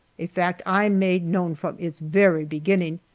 a fact i made known from its very beginning,